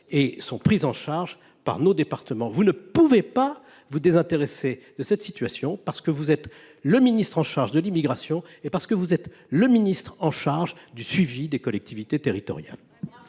et sont pris en charge par nos départements. Vous ne pouvez pas vous désintéresser de cette situation, parce que vous êtes le ministre chargé de l’immigration et le ministre chargé du suivi des collectivités territoriales